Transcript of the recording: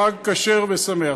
חג כשר ושמח.